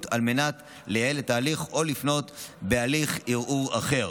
על מנת לייעל את ההליך או לפנות בהליך ערעור אחר.